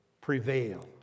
prevail